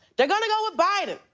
they're gonna go with biden.